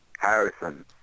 Harrison